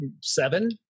seven